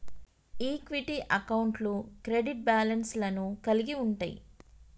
equity అకౌంట్లు credit balance లను కలిగి ఉంటయ్